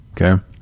okay